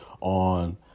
on